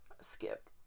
skip